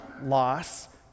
loss